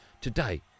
today